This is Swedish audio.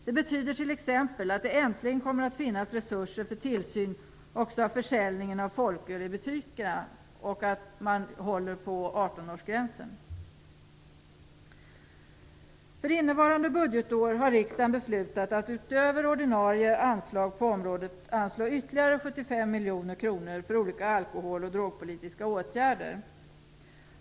Det betyder t.ex. att det äntligen kommer att finnas resurser för tillsyn också av försäljningen av folköl i butikerna och att man håller på 18-årsgränsen. För innevarande budgetår har riksdagen beslutat att utöver ordinarie anslag på området anslå ytterligare 75 miljoner kronor för olika alkohol och drogpolitiska åtgärder.